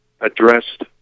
Addressed